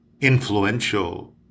influential